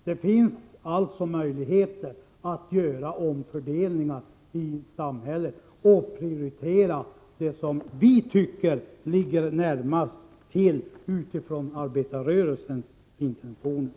Det finns alltså möjligheter att göra omfördelningar i samhället och att prioritera det som vi utifrån arbetarrörelsens intentioner tycker ligger närmast till hands.